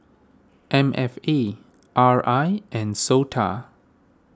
M F A R I and Sota